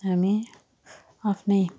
हामी आफ्नै